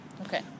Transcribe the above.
Okay